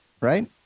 right